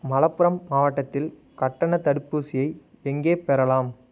மலப்புரம் மாவட்டத்தில் கட்டணத் தடுப்பூசியை எங்கே பெறலாம்